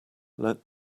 let